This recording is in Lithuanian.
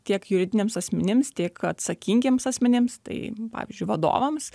tiek juridiniams asmenims tiek atsakingiems asmenims tai pavyzdžiui vadovams